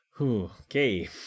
Okay